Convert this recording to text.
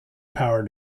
power